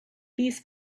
these